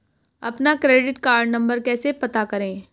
अपना credit card number कैसे पता करें?